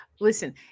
Listen